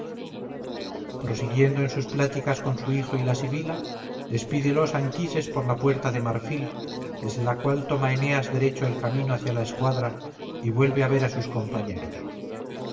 prosiguiendo en sus pláticas con su hijo y la sibila despídelos anquises por la puerta de marfil desde la cual toma eneas derecho el camino hacia la escuadra y vuelve a ver a sus compañeros